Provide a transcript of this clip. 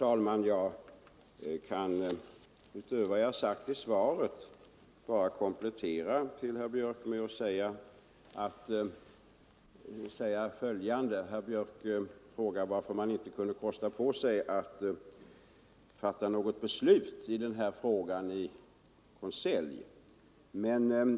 Herr talman! Jag kan komplettera svaret till Björck med att säga följande. Herr Björck frågar varför man inte kunde kosta på sig att fatta ett konseljbeslut i denna fråga.